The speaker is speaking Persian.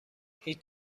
هیچ